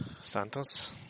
Santos